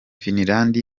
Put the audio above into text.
finland